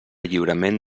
lliuraments